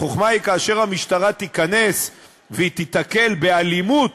החוכמה היא כאשר המשטרה תיכנס והיא תיתקל באלימות